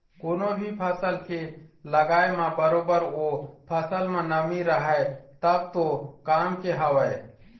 कोनो भी फसल के लगाय म बरोबर ओ फसल म नमी रहय तब तो काम के हवय